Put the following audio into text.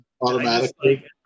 Automatically